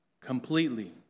completely